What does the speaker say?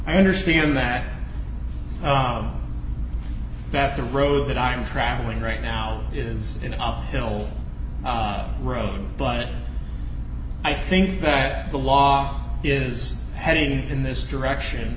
i understand that that the road that i'm travelling right now it is an up hill road but i think that the law is heading in this direction